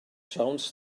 siawns